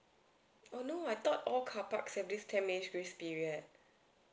oh no I thought all carpark have these ten minutes grace period